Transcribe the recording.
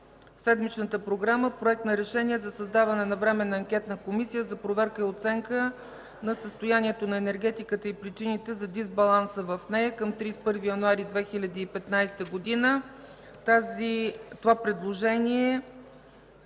седмичната програма – Проект на решение за създаване на Временна анкетна комисия за проверка и оценка на състоянието на енергетиката и причините за дисбаланса в нея към 31 януари 2015 г. Това предложение